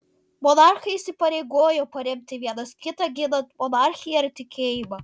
monarchai įsipareigojo paremti vienas kitą ginant monarchiją ir tikėjimą